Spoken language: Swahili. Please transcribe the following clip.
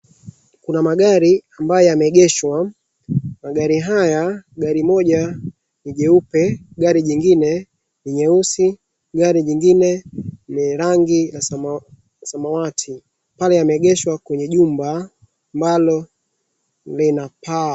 Kuna magari ambayo yameegeshwa, magari haya, gari moja ni jeupe, gari jingine ni nyeusi, gari jingine ni rangi ya samawati, pale yameegeshwa kwenye jumba ambalo lina paa.